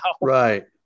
Right